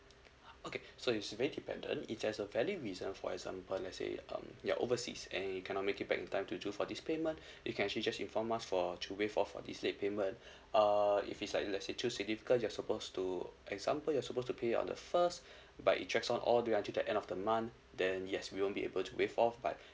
okay so it's very dependent if there's a valid reason for example let's say um you're overseas and you cannot make it back in time to do for this payment you can actually just inform us for to waive off for this late payment uh if it's like let's say too significant you're suppose to example you're supposed to pay it on the first but it drag so on all until the end of the month then yes we won't be able to waive off but